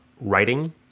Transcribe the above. writing